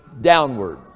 downward